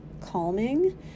calming